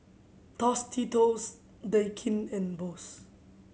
Tostitos Daikin and Bose